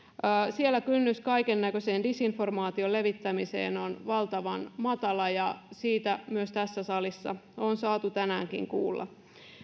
siellä kynnys kaikennäköiseen disinformaation levittämiseen on valtavan matala ja siitä myös tässä salissa on saatu tänäänkin kuulla